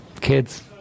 Kids